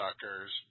Suckers